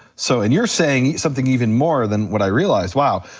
so and you're saying something even more than what i realized, wow,